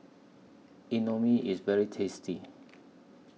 Imoni IS very tasty